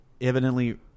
evidently